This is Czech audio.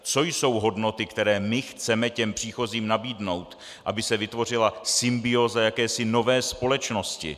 Co jsou hodnoty, které my chceme těm příchozím nabídnout, aby se vytvořila symbióza jakési nové společnosti?